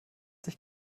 sich